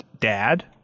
dad